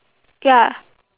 ya